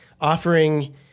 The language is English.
offering